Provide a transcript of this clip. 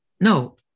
No